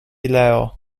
leo